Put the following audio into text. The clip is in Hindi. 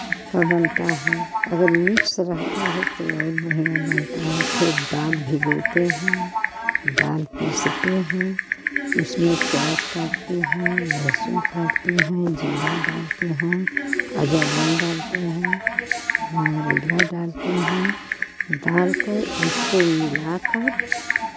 का बनता है अगर मिक्स रहता है तो और बढ़ियाँ बनता है फिर दाल भिंगोते हैं दाल पीसते हैं उसमें प्याज काटते हैं लहसुन काटते हैं जीरा डालते हैं अजवाइन डालते हैं मंगरैला डालते हैं डाल कर उसको मिला कर